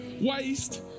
Waste